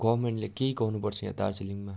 गभर्मेन्टले केही गर्नु पर्छ यहाँ दार्जिलिङमा